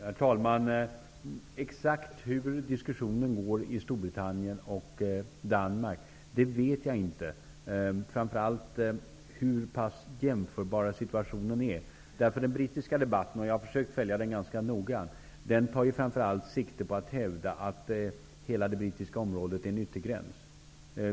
Herr talman! Exakt hur diskussionen går i Storbritannien och Danmark vet jag inte -- framför allt tänker jag då på hur pass jämförbar situationen i länderna är. Den brittiska debatten, som jag har försökt att följa ganska noga, tar framför allt sikte på att hävda att hela brittiska området är en yttergräns.